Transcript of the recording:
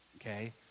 okay